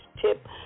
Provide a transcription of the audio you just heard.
tip